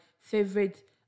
favorite